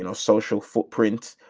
and social footprint.